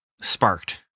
sparked